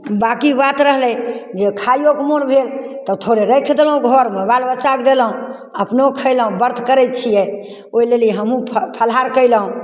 बाकी बात रहलै जे खाइओके मोन भेल तऽ थोड़े राखि देलहुँ घरमे बाल बच्चाके देलहुँ अपनहु खएलहुँ व्रत करै छिए ओहि लेल हमहूँ फलहार कएलहुँ